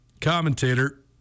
commentator